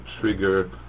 trigger